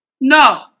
No